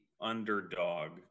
underdog